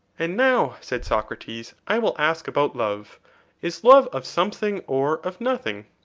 and now, said socrates, i will ask about love is love of something or of nothing?